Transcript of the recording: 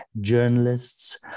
journalists